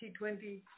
T20